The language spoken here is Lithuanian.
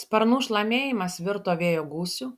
sparnų šlamėjimas virto vėjo gūsiu